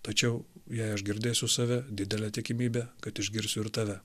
tačiau jei aš girdėsiu save didelė tikimybė kad išgirsiu ir tave